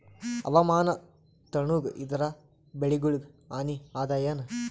ಹವಾಮಾನ ತಣುಗ ಇದರ ಬೆಳೆಗೊಳಿಗ ಹಾನಿ ಅದಾಯೇನ?